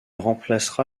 remplacera